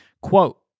Quote